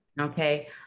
okay